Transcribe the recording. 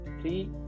three